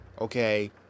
okay